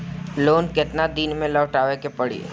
Loan केतना दिन में लौटावे के पड़ी?